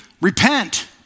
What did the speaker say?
repent